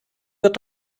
wird